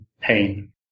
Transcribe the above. pain